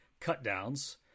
cutdowns